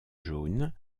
jaune